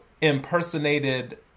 impersonated